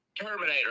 Terminator